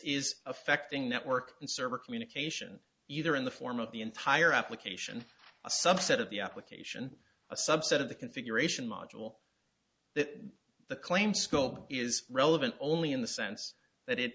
is affecting network and server communication either in the form of the entire application a subset of the application a subset of the configuration module that the claim scope is relevant only in the sense that it